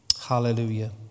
Hallelujah